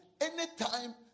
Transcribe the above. anytime